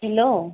hello